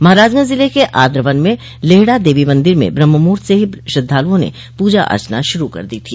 महराजगंज ज़िले के आद्रवन में लेहड़ा देवी मंदिर में ब्रह्मुहूर्त से ही श्रद्धालुओं ने पूजा अर्चना शुरू कर दी थी